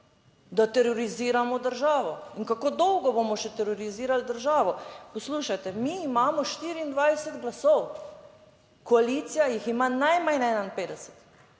da teroriziramo državo in kako dolgo bomo še terorizirali državo. Poslušajte, mi imamo 24 glasov koalicija jih ima najmanj 51,